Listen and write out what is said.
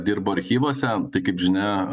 dirba archyvuose tai kaip žinia